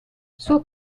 suo